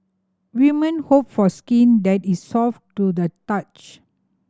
women hope for skin that is soft to the touch